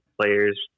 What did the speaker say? players